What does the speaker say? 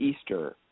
Easter